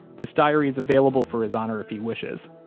this diary is available for his honor if he wishes,